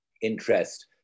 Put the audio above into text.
interest